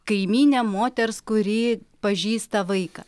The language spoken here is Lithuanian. kaimynė moters kuri pažįsta vaiką